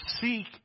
seek